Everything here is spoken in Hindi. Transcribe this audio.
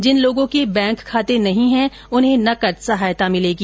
जिन लोगों के बैंक खाते नहीं है उन्हें नकद सहायता मिलेगी